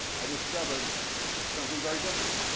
i discovered something very different,